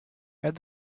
add